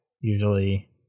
usually